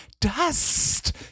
Dust